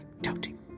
Doubting